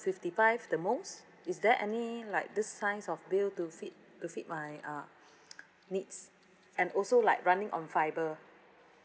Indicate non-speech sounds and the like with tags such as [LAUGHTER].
fifty five the most is there any like this size of bill to fit to fit my uh [NOISE] needs and also like running on fiber